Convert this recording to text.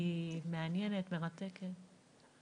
הייתה מעניינת, מרתקת ומעמיקה.